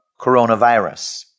coronavirus